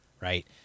right